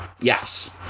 Yes